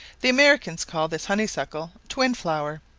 the americans call this honeysuckle twinflower.